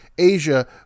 Asia